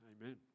amen